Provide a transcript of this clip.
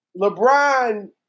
LeBron